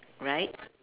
right